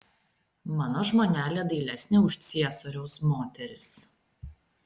mano žmonelė dailesnė už ciesoriaus moteris